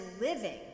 living